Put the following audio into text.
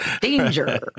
Danger